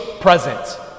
present